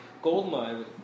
Goldmine